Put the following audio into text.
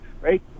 right